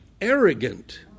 arrogant